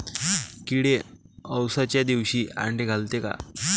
किडे अवसच्या दिवशी आंडे घालते का?